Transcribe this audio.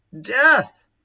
death